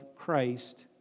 Christ